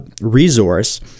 resource